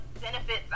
benefits